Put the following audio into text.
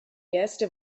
erste